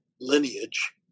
lineage